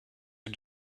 you